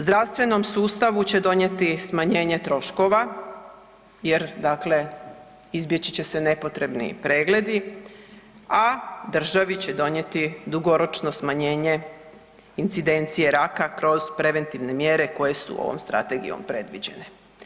Zdravstvenom sustavu će donijeti smanjenje troškova jer dakle izbjeći će se nepotrebni pregledi, a državi će dugoročno smanjenje incidencije raka kroz preventivne mjere koje su ovom strategijom predviđene.